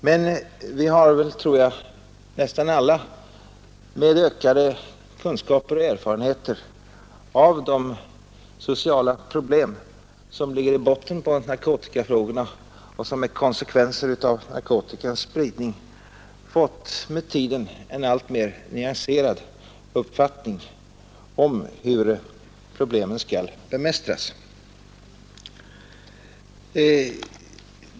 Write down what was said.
Men vi har väl nästan alla med ökade kunskaper och erfarenheter av de sociala problem som ligger i botten på narkotikafrågorna och som är konsekvenser av narkotikans spridning fått en med tiden alltmer nyanserad uppfattning om hur problemen skall bemästras.